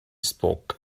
spoke